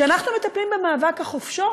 כשאנחנו מטפלים במאבק החופשות,